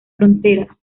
fronteras